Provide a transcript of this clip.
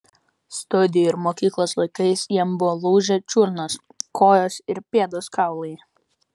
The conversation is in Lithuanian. studijų ir mokyklos laikais jam buvo lūžę čiurnos kojos ir pėdos kaulai